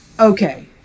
Okay